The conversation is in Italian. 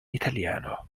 italiano